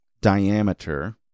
diameter